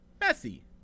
messy